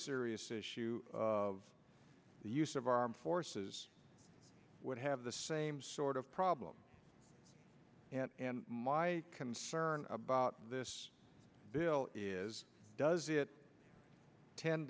serious issue of the use of armed forces would have the same sort of problem and my concern about this bill is does it tend